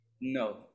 No